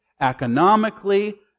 economically